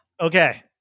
Okay